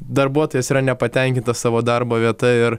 darbuotojas yra nepatenkintas savo darbo vieta ir